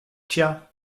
tja